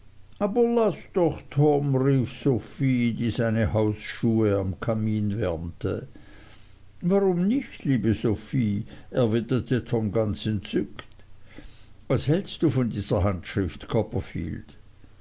sophie die seine hausschuhe am kamin wärmte warum nicht liebe sophie erwiderte tom ganz entzückt was hältst du von dieser handschrift copperfield